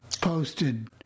posted